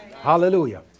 Hallelujah